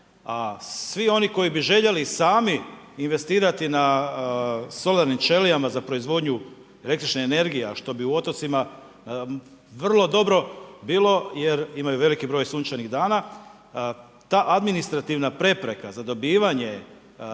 a svi koji bi željeli sami investirati na solarnim ćelijama za proizvodnju električne energije a što bi otocima vrlo dobro bilo jer imaju veliki broj sunčanih dana, ta administrativna prepreka za dobivanje te kvote